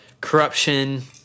Corruption